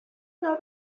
know